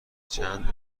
چند